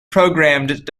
programmed